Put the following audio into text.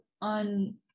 on